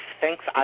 thanks